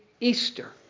Easter